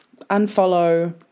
unfollow